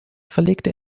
verlegte